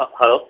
hello